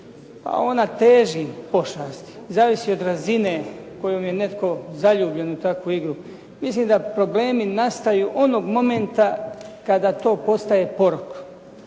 ona teži pošasti. Zavisi od razine kojom je netko zaljubljen u takvu igru. Mislim da problemi nastaju onog momenta kada to postaje porok.